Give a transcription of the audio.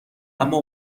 اما